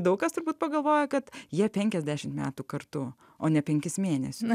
daug kas turbūt pagalvoja kad jie penkiasdešimt metų kartu o ne penkis mėnesius